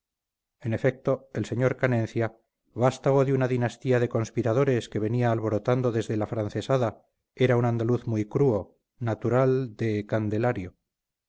en efecto el señor canencia vástago de una dinastía de conspiradores que venía alborotando desde la francesada era un andaluz muy crúo natural de candelario